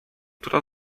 która